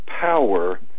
power